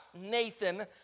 Nathan